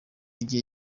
igihe